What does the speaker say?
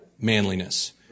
manliness